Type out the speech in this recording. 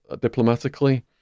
diplomatically